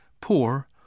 poor